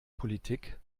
politik